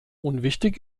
unwichtig